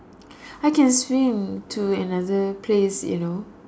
I can swim to another place you know